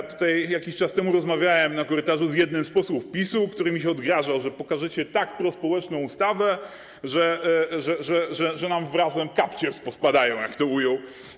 Ja tutaj jakiś czas temu rozmawiałem na korytarzu z jednym z posłów PiS-u, który mi się odgrażał, że pokażecie tak prospołeczną ustawę, że nam w Razem kapcie pospadają, jak to ujął.